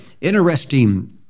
interesting